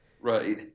Right